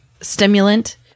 stimulant